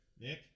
Nick